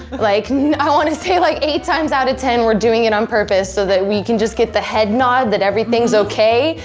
like i mean i want to say like, eight times out of ten, we're doing it on purpose so that we can just get the head nod that everything's okay,